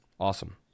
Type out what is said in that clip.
Awesome